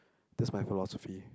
that's my philosophy